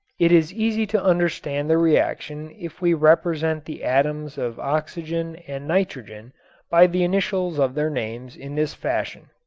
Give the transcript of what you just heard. it is easy to understand the reaction if we represent the atoms of oxygen and nitrogen by the initials of their names in this fashion